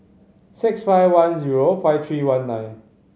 six five one zero five three one nine